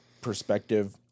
perspective